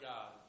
God